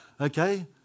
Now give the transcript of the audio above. okay